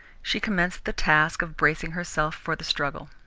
she commenced the task of bracing herself for the struggle.